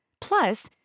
Plus